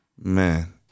Man